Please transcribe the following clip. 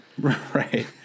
right